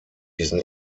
diesen